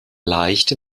leicht